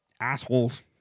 assholes